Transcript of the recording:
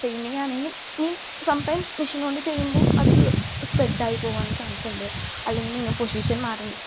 പെയിൻറ്റിങ്ങാണെങ്കിൽ means sometimes machine കൊണ്ട് ചെയ്യുമ്പോൾ അത് സ്പ്രെഡായി പോകാൻ ചാൻസുണ്ട് അല്ലെങ്കിലിങ്ങ് പൊസിഷൻ മാറ്റ്